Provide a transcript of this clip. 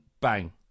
bang